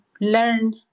learn